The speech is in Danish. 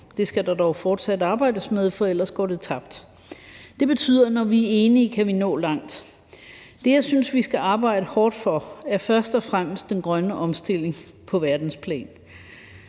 Det skal der dog fortsat arbejdes med, for ellers går det tabt. Det betyder, at når vi er enige, kan vi nå langt. Det, jeg synes vi skal arbejde hårdt for, er først og fremmest den grønne omstilling på verdensplan,